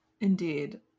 Indeed